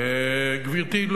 גברתי,